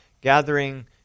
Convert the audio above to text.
gathering